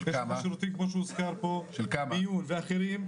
יש פה שירותים, כמו שהוזכר פה, של מיון ואחרים.